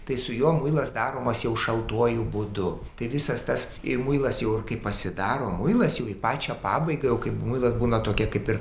tai su juo muilas daromas jau šaltuoju būdu tai visas tas ir muilas jau ir kai pasidaro muilas jau į pačią pabaigą jau kaip muilas būna tokia kaip ir